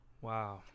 Wow